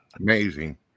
Amazing